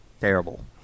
terrible